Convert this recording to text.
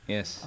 Yes